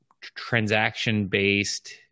transaction-based